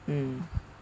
mm